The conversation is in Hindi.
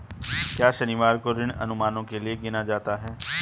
क्या शनिवार को ऋण अनुमानों के लिए गिना जाता है?